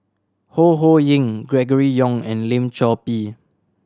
Ho Ho Ying Gregory Yong and Lim Chor Pee